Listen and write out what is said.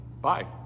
bye